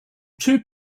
two